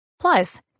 Plus